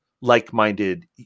like-minded